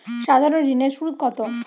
সাধারণ ঋণের সুদ কত?